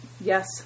Yes